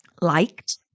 liked